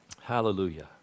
Hallelujah